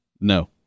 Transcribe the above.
No